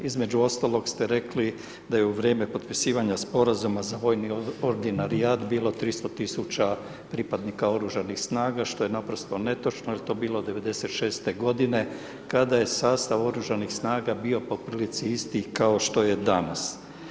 Između ostalog ste rekli da je u vrijeme potpisivanja sporazuma za vojni ordinarijat bilo 300.000 pripadnika oružanih snaga, što je naprosto netočno jer je to bilo '96.-te godine kada je sastav Oružanih snaga bio po prilici isti kao što je danas.